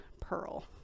pearl